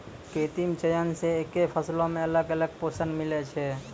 कृत्रिम चयन से एक्के फसलो मे अलग अलग पोषण मिलै छै